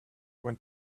went